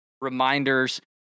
reminders